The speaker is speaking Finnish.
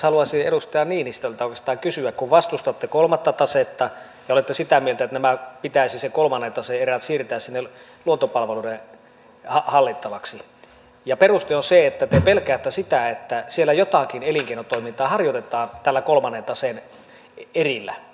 haluaisin edustaja niinistöltä oikeastaan kysyä kun vastustatte kolmatta tasetta ja olette sitä mieltä että pitäisi se kolmannen taseen erä siirtää sinne luontopalveluiden hallittavaksi ja peruste on se että te pelkäätte sitä että siellä jotakin elinkeinotoimintaa harjoitetaan kolmannen taseen erillä